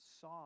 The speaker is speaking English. saw